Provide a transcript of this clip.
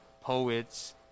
poets